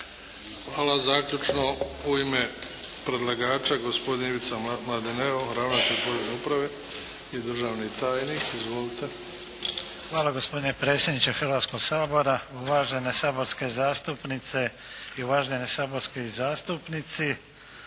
Hvala. Zaključno u ime predlagača, gospodine Ivica Mladineo, ravnatelj Porezne uprave i državni tajnik. Izvolite. **Mladineo, Ivica** Hvala gospodine predsjedniče Hrvatskog sabora, uvažene saborske zastupnice i uvaženi saborski zastupnici.